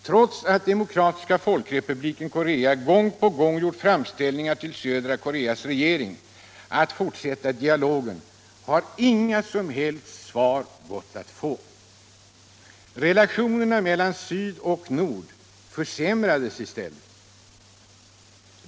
Trots att Demokratiska folkrepubliken Korea gång på gång gjort framställningar till södra Koreas regering att fortsätta dialogen har inga som helst svar gått att få. Relationerna mellan syd och nord i Korea försämrades i stället.